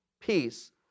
peace